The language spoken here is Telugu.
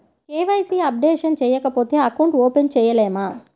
కే.వై.సి అప్డేషన్ చేయకపోతే అకౌంట్ ఓపెన్ చేయలేమా?